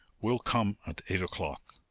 we'll come at eight o'clock.